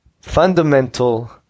fundamental